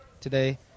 today